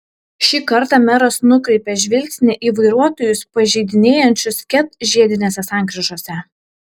šį kartą meras nukreipė žvilgsnį į vairuotojus pažeidinėjančius ket žiedinėse sankryžose